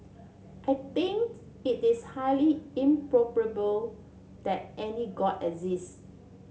I think it is highly improbable that any god exists